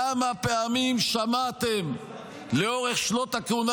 כמה פעמים שמעתם לאורך שנות הכהונה